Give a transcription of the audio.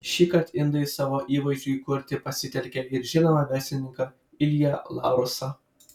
šįkart indai savo įvaizdžiui kurti pasitelkė ir žinomą verslininką ilją laursą